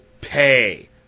pay